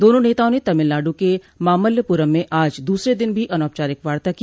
दोनों नेताओं ने तमिलनाडु के मामल्लपुरम में आज दूसरे दिन भी अनौपचारिक वार्ता की